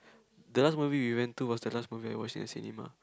the last movie we went to was the last movie I watched in a cinema